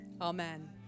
Amen